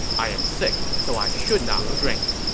i am sick, so i should not drink.